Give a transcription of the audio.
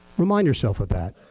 remind yourself with that.